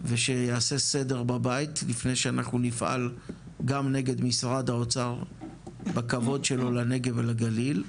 ושיעשה סדר בבית לפני שאנחנו נפעל גם נגד האוצר והכבוד שלו לנגב ולגליל,